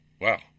Wow